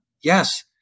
Yes